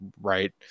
Right